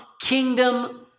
kingdom